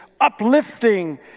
uplifting